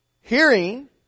hearing